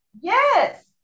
yes